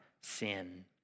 sin